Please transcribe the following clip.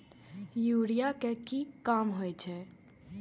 Urea के की काम होई छै?